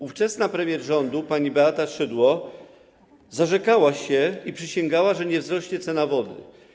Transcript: Ówczesna premier rządu pani Beata Szydło zarzekała się i przysięgała, że nie wzrośnie cena wody.